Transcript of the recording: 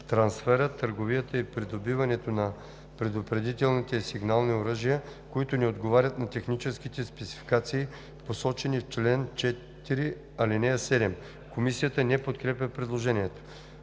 трансферът, търговията и придобиването на предупредителните и сигнални оръжия, които не отговарят на техническите спецификации, посочени в чл. 4, ал. 7.“ Комисията не подкрепя предложението.